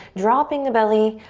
dropping the belly,